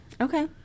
Okay